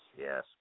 yes